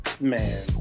Man